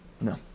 No